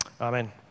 Amen